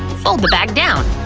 fold the bag down.